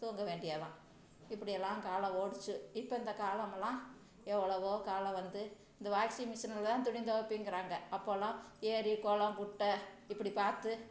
தூங்க வேண்டியது தான் இப்படியெல்லாம் காலம் ஓடிச்சு இப்போ இந்த காலமெல்லாம் எவ்வளவோ காலம் வந்து இந்த வாஷிங்மிஷினில் தான் துணி துவைப்பேங்கிறாங்க அப்போலாம் ஏரி குளம் குட்டை இப்படி பார்த்து